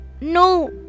No